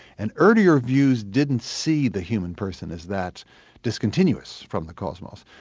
and earlier views didn't see the human person as that discontinuous from the cosmos.